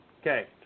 Okay